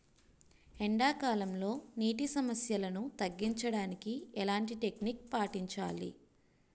ఎండా కాలంలో, నీటి సమస్యలను తగ్గించడానికి ఎలాంటి టెక్నిక్ పాటించాలి?